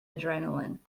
adrenaline